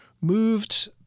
moved